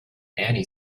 annie